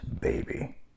baby